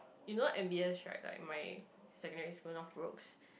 you know M_B_S right that my secondary school of Brookes